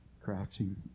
crouching